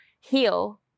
heal